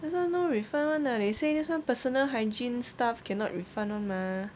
that's why no refund [one] lah they say this [one] personal hygiene stuff cannot refund [one] mah